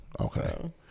Okay